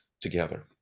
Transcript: together